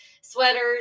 sweaters